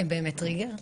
הם באמת טריגר,